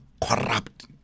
corrupt